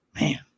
man